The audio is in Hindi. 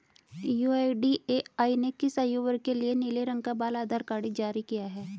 यू.आई.डी.ए.आई ने किस आयु वर्ग के लिए नीले रंग का बाल आधार कार्ड जारी किया है?